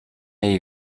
jej